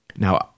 Now